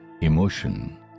emotion